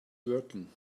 working